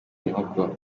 inkoko